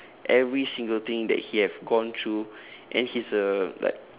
every single thing that he have gone through and he's a like